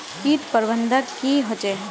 किट प्रबन्धन की होचे?